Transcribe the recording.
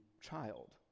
child